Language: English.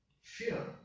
fear